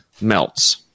melts